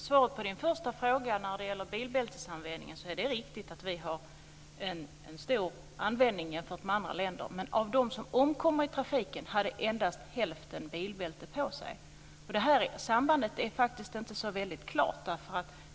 Fru talman! Birgitta Wistrand tog först upp frågan om bilbältesanvändningen. Det är riktigt att Sverige har en hög användning jämfört med andra länder. Men av dem som omkommer i trafiken har endast hälften bilbälte på sig. Detta samband är inte så väldigt klart.